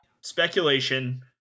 speculation